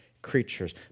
creatures